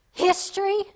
history